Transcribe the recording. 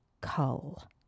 Cull